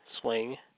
swing